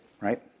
right